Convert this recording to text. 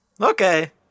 Okay